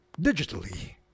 digitally